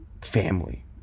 family